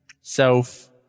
self